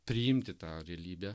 priimti tą realybę